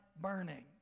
burning